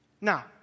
Now